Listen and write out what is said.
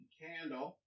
candle